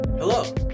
Hello